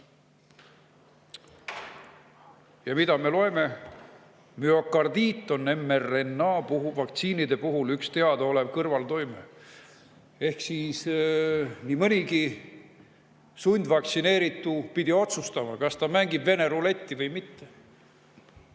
Ja mida me loeme: müokardiit on mRNA-vaktsiinide üks teadaolev kõrvaltoime. Ehk siis nii mõnigi sundvaktsineeritu pidi otsustama, kas ta mängib Vene ruletti või mitte,